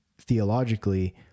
theologically